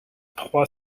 trois